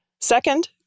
Second